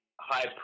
high